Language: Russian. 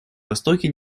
востоке